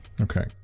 Okay